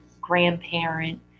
grandparent